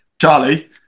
Charlie